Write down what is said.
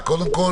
קודם כול,